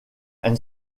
and